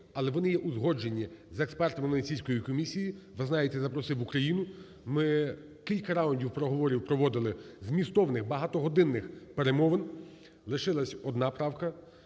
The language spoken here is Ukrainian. але вони є узгоджені з експертами Венеціанської комісії. Ви знаєте, запросив в Україну, ми кілька раундів переговорів проводили, змістовних, багатогодинних перемовин. Лишилась одна правка,